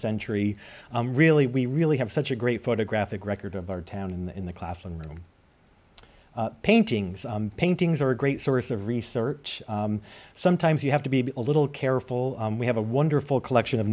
century really we really have such a great photographic record of our town in the classroom paintings paintings are a great source of research sometimes you have to be a little careful we have a wonderful collection of